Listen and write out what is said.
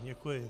Děkuji.